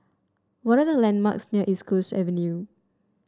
what are the landmarks near East Coast Avenue